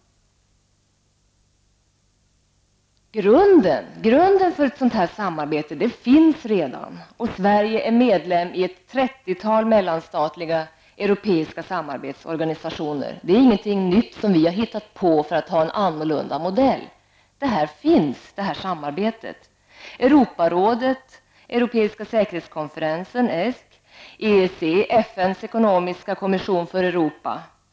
Grunden till ett sådant samarbete finns redan, och Sverige är medlem i ett trettiotal mellanstatliga europeiska samarbetsorganisationer -- det är ingenting som vi har hittat på för att ha en annorlunda modell -- t.ex. Europarådet, ESK, Europeiska säkerhetskonferensen, ECE, FNs ekonomiska kommission för Europa.